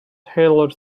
tailor